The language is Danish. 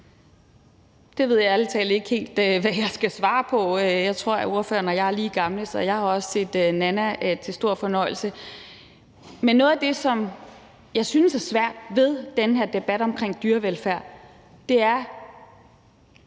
Det ved jeg ærlig talt ikke helt hvad jeg skal svare på. Jeg tror, at ordføreren og jeg er lige gamle, så jeg har også set »Nana« til stor fornøjelse. Men der er noget, som jeg synes er svært ved den her debat omkring dyrevelfærd. Os, der